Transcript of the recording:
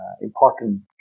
important